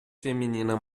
feminina